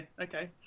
okay